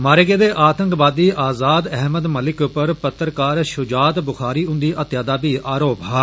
मारे गेदे आतंकवादी आज़ाद अहमद मलिक उप्पर पत्रकार शुजात बुखारी हुन्दी हत्या दा बी आरोप हा